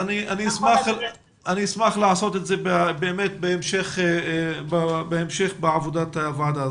אני אשמח לעשות את זה בהמשך עבודת הוועדה.